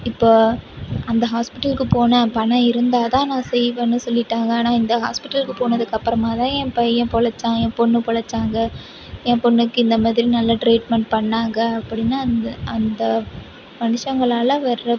இப்போ அந்த ஹாஸ்பிட்டலுக்கு போனேன் பணம் இருந்தா தான் நான் செய்வேன்னு சொல்லிட்டாங்க ஆனால் இந்த ஹாஸ்பிட்டலுக்கு போனதுக்கப்புறமா தான் என் பையன் பொழச்சான் என் பொண்ணு பொழச்சாங்க ஏன் பொண்ணுக்கு இந்த மாதிரி நல்ல ட்ரீட்மெண்ட் பண்ணாங்க அப்படின்னு அந்த அந்த மனுஷங்களால் வர